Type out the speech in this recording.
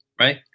right